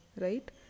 right